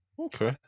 Okay